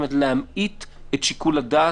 כלומר להמעיט את שיקול הדעת,